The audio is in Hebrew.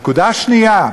נקודה שנייה.